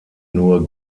nur